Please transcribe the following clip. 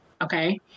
Okay